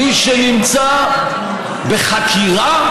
מי שנמצא בחקירה,